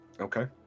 Okay